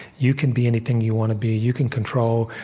you can be anything you want to be. you can control.